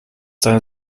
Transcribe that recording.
seine